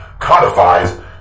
codifies